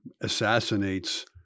assassinates